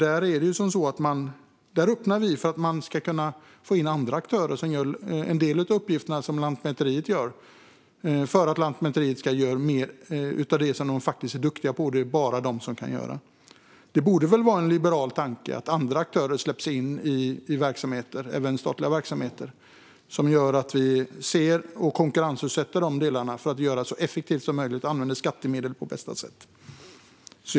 Där öppnar vi för att man ska kunna få in andra aktörer som gör en del av uppgifterna som Lantmäteriet gör för att Lantmäteriet ska göra mer av det som det faktiskt är duktigt på och som bara det kan göra. Det borde väl vara en liberal tanke att andra aktörer släpps in även i statliga verksamheter. Det gör att vi konkurrensutsätter de delarna för att göra det så effektivt som möjligt och använder skattemedel på bästa sätt.